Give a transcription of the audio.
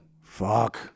fuck